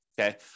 okay